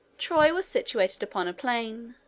troy was situated upon a plain.